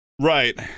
Right